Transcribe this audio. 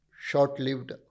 short-lived